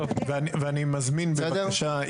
ואני מזמין בבקשה,